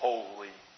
Holy